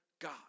God